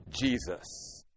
Jesus